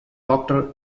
doctor